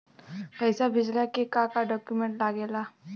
पैसा भेजला के का डॉक्यूमेंट लागेला?